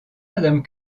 madame